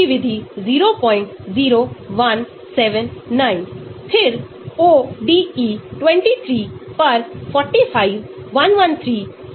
तो विभिन्न प्रतिस्थापन समूह जैसा कि आप देख सकते हैं कि NO2 यहां गिरता है यहां बहुत अधिक इलेक्ट्रॉनिक और बहुत कम pi है